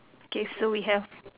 okay so we have